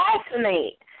assassinate